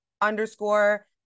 underscore